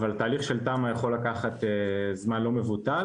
אבל תהליך של תמ"א יכול לקחת זמן לא מבוטל